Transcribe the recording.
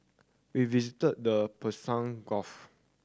we visited the Persian Gulf